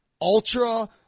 ultra-